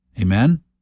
Amen